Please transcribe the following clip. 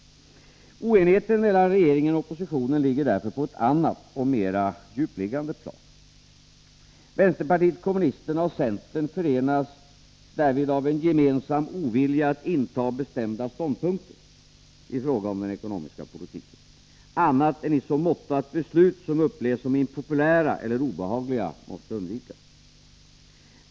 Oenigheten mellan regeringen och oppositionen ligger därför på ett annat och mera djupliggande plan. Vänsterpartiet kommunisterna och centern förenas därvid i en gemensam ovilja att inta bestämda ståndpunkter i fråga om den ekonomiska politiken, annat än i så måtto att beslut som upplevs som impopulära eller obehagliga måste undvikas.